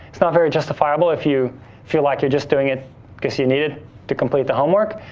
it's not very justifiable if you feel like you're just doing it cause you need it to complete the homework,